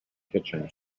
kitchen